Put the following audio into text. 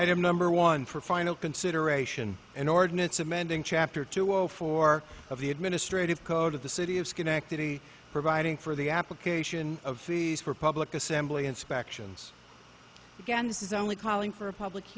item number one for final consideration an ordinance amending chapter two zero four of the administrative cost of the city of schenectady providing for the application of fees for public assembly inspections again this is only calling for a public